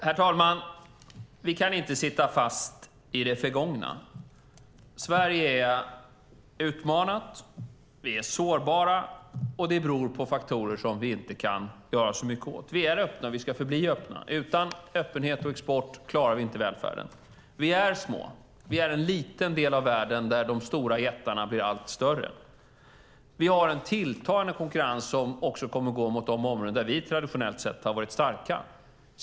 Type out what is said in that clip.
Herr talman! Vi kan inte sitta fast i det förgångna. Sverige är utmanat, och vi är sårbara, och det beror på faktorer som vi inte kan göra så mycket åt. Vi är öppna, och vi ska förbli öppna. Utan öppenhet och export klarar vi inte välfärden. Vi är små - vi är en liten del av världen där de stora jättarna blir allt större. Vi har en tilltagande konkurrens som också kommer att gå mot de områden där vi traditionellt sett har varit starka.